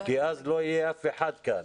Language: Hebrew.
כי אז לא יהיה אף אחד כאן,